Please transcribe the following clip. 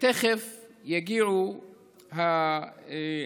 ותכף יגיעו התלונות.